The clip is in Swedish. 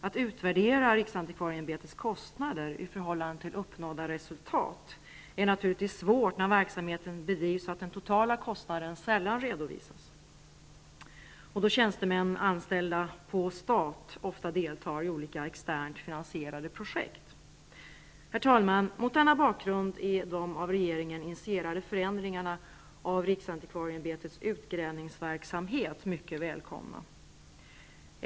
Att utvärdera riksantikvarieämbetets kostnader i förhållande till uppnådda resultat är naturligtvis svårt när verksamheten bedrivs så att den totala kostnaden sällan redovisas, och då tjänstemän anställda ''på stat'' ofta deltar i olika externt finansierade projekt. Herr talman! Mot denna bakgrund är de av regeringen initierade förändringarna av riksantikvarieämbetets utgrävningsverksamhet mycket välkomna.